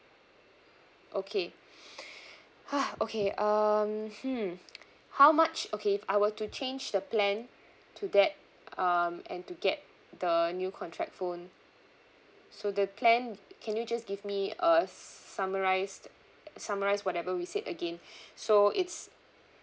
okay okay um hmm how much okay if I were to change the plan to that um and to get the new contract phone so the plan can you just give me a s~ summarised uh summarise whatever we said again so it's